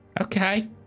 Okay